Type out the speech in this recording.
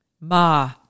Ma